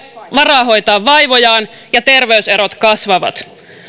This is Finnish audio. varaa hoitaa vaivojaan ja terveyserot kasvavat